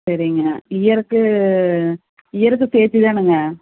சரிங்க இயருக்கு இயருக்கு சேர்த்தி தானுங்க